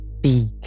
beak